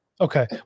Okay